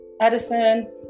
Edison